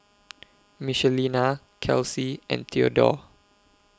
Michelina Kelsey and Theodore